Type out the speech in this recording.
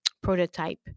prototype